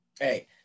Hey